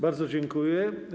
Bardzo dziękuję.